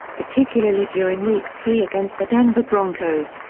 particularly during week three against the denver broncos,